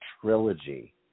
trilogy